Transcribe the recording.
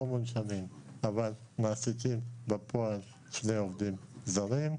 מונשמים אבל מעסיקים בפועל שני עובדים זרים.